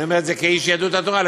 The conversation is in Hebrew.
ואני אומר את זה כאיש יהדות התורה,